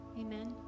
amen